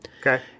Okay